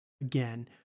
again